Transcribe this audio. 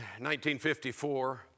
1954